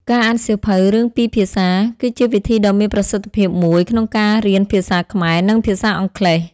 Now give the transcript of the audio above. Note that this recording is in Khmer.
ការអានសៀវភៅរឿងពីរភាសា គឺជាវិធីដ៏មានប្រសិទ្ធភាពមួយក្នុងការរៀនភាសាខ្មែរ និងភាសាអង់គ្លេស។